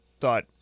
thought